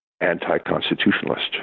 anti-constitutionalist